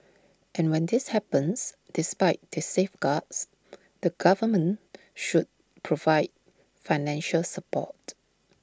and when this happens despite the safeguards the government should provide financial support